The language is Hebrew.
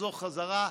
יחזור חזרה,